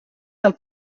del